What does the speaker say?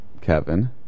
Kevin